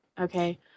Okay